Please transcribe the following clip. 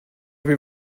wir